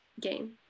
game